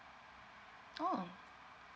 oh